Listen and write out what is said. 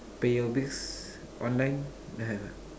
pay your bills online